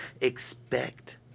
expect